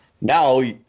now